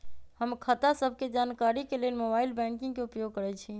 हम खता सभके जानकारी के लेल मोबाइल बैंकिंग के उपयोग करइछी